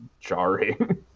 jarring